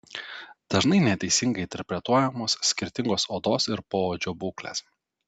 dažnai neteisingai interpretuojamos skirtingos odos ir poodžio būklės